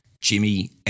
Jimmy